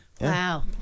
Wow